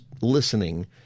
listening